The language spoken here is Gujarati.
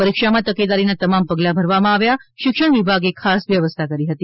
પરીક્ષામાં તકેદારીના તમામ પગલા ભરવામાં આવ્યા હતા શિક્ષણ વિભાગે ખાસ વ્યવસ્થા કરી હતી